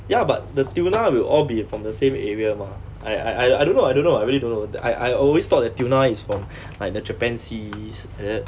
ya but the tuna will all be from the same area mah I I I don't know I don't know I really don't know I I always thought that tuna is from like the japan seas